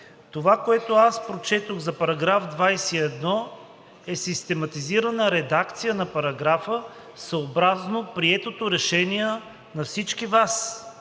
Това, което аз прочетох за § 21, е систематизирана редакция на параграфа съобразно приетото решение на всички Вас.